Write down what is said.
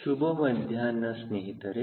ಶುಭ ಮಧ್ಯಾಹ್ನ ಸ್ನೇಹಿತರೆ